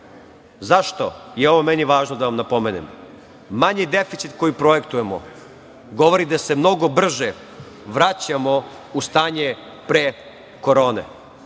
4,2%.Zašto je meni ovo važno da vam napomenem? Manji deficit koji projektujemo govori da se mnogo brže vraćamo u stanje pre korone,